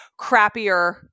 crappier